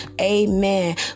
Amen